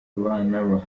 abana